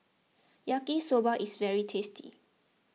Yaki Soba is very tasty